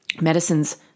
medicines